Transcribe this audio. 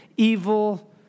Evil